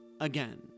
again